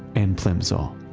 and plimsoll.